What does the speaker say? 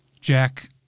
Jack